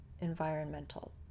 environmental